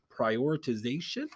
Prioritization